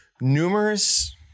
numerous